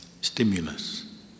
stimulus